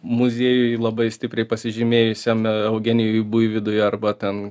muziejui labai stipriai pasižymėjusiam eugenijui buivydui arba ten